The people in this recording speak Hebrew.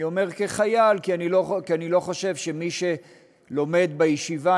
אני אומר "כחייל" כי אני לא חושב שמי שלומד בישיבה,